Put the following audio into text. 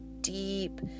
deep